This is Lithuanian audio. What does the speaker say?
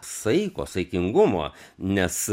saiko saikingumo nes